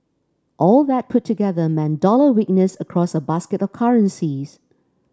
all that put together meant dollar weakness across a basket of currencies